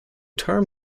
term